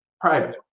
private